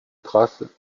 traces